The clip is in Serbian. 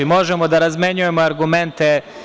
Možemo da razmenjujemo argumente.